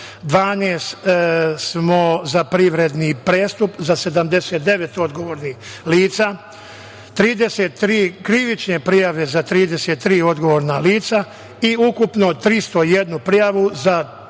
12 smo za privredni prestup, za 79 odgovorna lica, 33 krivične prijave za 33 odgovorna lica i ukupno 301 prijavu za 384